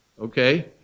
Okay